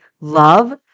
love